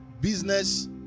business